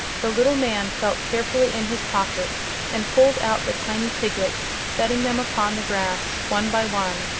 the little man felt carefully in his pocket and pulled out the tiny piglets, setting them upon the grass one by one,